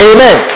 Amen